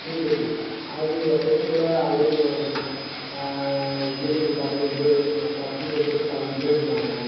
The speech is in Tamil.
கிரிக்கெட்டு அதுவும் எப்பயும் போல் அதுவும் அப்படி தான் கிரிக்கெட்டுக்கு பதினொரு பேர் சப்ஜுட்டோடு சேர்த்து பதினைஞ்சு பேர் இருப்பாங்க